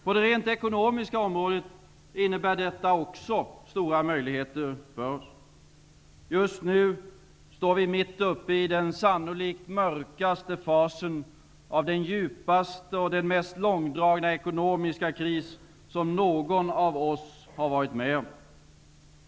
På det rent ekonomiska området innebär detta också stora möjligheter för oss. Just nu står vi mitt uppe i den sannolikt mörkaste fasen av den djupaste och den mest långdragna ekonomiska kris som någon av oss har varit med om.